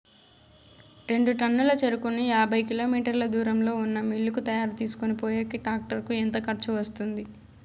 రెండు టన్నుల చెరుకును యాభై కిలోమీటర్ల దూరంలో ఉన్న మిల్లు కు తీసుకొనిపోయేకి టాక్టర్ కు ఎంత ఖర్చు వస్తుంది?